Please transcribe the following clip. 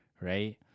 right